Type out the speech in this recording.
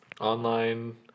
online